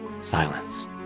Silence